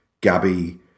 Gabby